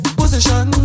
position